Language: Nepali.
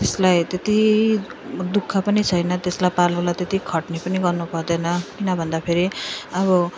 त्यसलाई त्यति दुःख पनि छैन त्यसलाई पाल्नुलाई त्यति खट्नी पनि गर्नु पर्दैन किन भन्दाफेरि अब